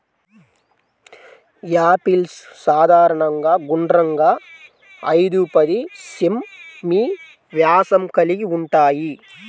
apples సాధారణంగా గుండ్రంగా, ఐదు పది సెం.మీ వ్యాసం కలిగి ఉంటాయి